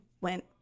went